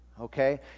okay